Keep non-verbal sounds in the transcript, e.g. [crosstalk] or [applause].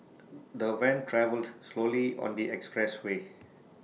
[noise] the van travelled slowly on the expressway